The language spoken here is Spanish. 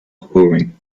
joven